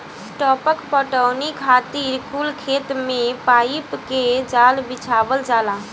टपक पटौनी खातिर कुल खेत मे पाइप के जाल बिछावल जाला